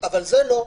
אבל זה לא,